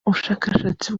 ubushakashatsi